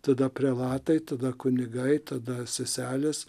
tada prelatai tada kunigai tada seselės